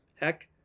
heck